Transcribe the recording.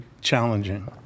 challenging